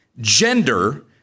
gender